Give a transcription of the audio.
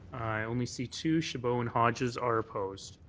only see two, chabot and hodges are opposed.